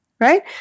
right